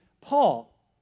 Paul